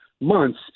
months